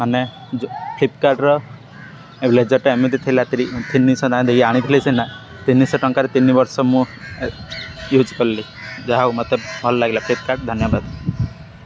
ମାନେ ଯୋଉ ଫ୍ଲିପକାର୍ଟର ବ୍ଲେଜର୍ଟା ଏମିତି ଥିଲା ତିନିଶହ ନା ଦେଇ ଆଣିଥିଲି ସିନା ତିନିଶହ ଟଙ୍କାରେ ତିନିବର୍ଷ ମୁଁ ୟୁଜ୍ କଲି ଯାହାକୁ ମୋତେ ଭଲ ଲାଗିଲା ଫ୍ଲିପକାର୍ଟ ଧନ୍ୟବାଦ